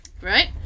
right